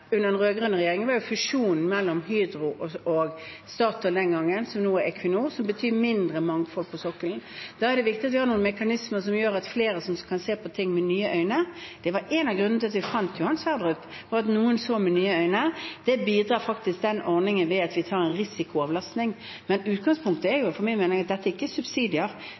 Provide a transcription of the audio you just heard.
under den rød-grønne regjeringen, var jo fusjonen den gangen mellom Hydro og Statoil, som nå er Equinor, som betyr mindre mangfold på sokkelen. Da er det viktig at vi har noen mekanismer som gjør at det er flere som kan se på ting med nye øyne. En av grunnene til at vi fant Johan Sverdrup, var at noen så med nye øyne. Det bidrar faktisk den ordningen til, ved at vi tar en risikoavlastning. Men utgangspunktet er etter min mening at dette ikke er subsidier;